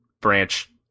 branch